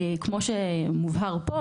כמו שמובהר פה,